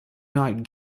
not